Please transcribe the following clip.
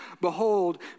behold